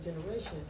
generation